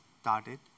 started